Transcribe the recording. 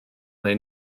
neu